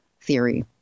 theory